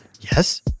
Yes